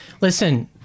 Listen